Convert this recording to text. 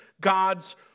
God's